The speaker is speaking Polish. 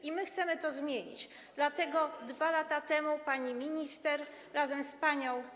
I my chcemy to zmienić, dlatego 2 lata temu pani minister razem z panią